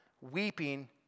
weeping